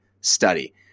study